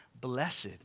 Blessed